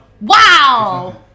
Wow